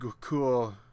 cool